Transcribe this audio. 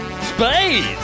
space